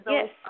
Yes